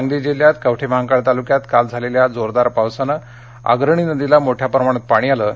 सांगली जिल्ह्यात कवठे महांकाळ तालुक्यात काल झालेल्या जोरदार पावसामुळे अग्रणी नदीला मोठ्या प्रमाणात पाणी आलं आहे